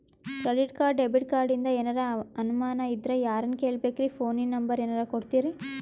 Credit card, debit ಕಾರ್ಡಿಂದ ಏನರ ಅನಮಾನ ಇದ್ರ ಯಾರನ್ ಕೇಳಬೇಕ್ರೀ, ಫೋನಿನ ನಂಬರ ಏನರ ಕೊಡ್ತೀರಿ?